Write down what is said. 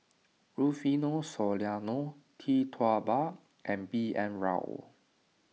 Rufino Soliano Tee Tua Ba and B N Rao